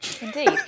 Indeed